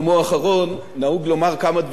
ונהוג לומר כמה דברים אחרי נאום ראשון,